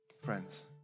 friends